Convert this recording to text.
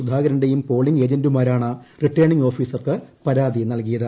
സുധാകരന്റേയും polling ഏജന്റുമാരാണ് returning ഓഫീസർക്ക് പരാതി നൽകിയത്